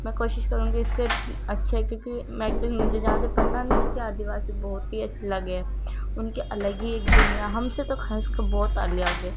میں کوشش کروں گی اس سے اچّھے کیونکہ میں تو مجھے زیادہ پتا ہے نہیں کیونکہ آدی واسی بہت ہی الگ ہیں ان کے الگ ہی ایک دنیا ہے ہم سے تو خاص کر بہت الگ ہے